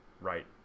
right